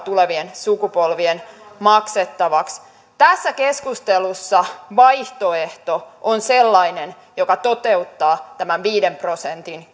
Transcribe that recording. tulevien sukupolvien maksettavaksi tässä keskustelussa vaihtoehto on sellainen joka toteuttaa tämän viiden prosentin